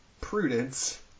Prudence